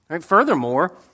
furthermore